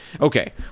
okay